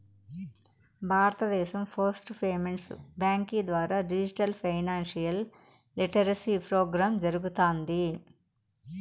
భారతదేశం post payments బ్యాంకీ ద్వారా డిజిటల్ ఫైనాన్షియల్ లిటరసీ ప్రోగ్రామ్ జరగతాంది